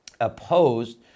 opposed